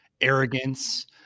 arrogance